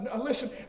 listen